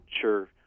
sure